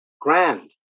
grand